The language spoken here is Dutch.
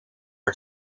het